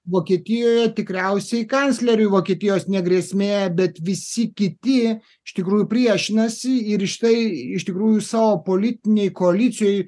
vokietijoje tikriausiai kancleriui vokietijos ne grėsmė bet visi kiti iš tikrųjų priešinasi ir štai iš tikrųjų savo politinėj koalicijoj